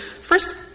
First